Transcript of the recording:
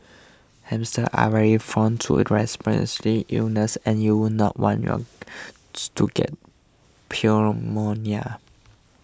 hamsters are very from to the illnesses and you would not want yours to get